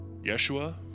Yeshua